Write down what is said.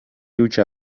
hutsa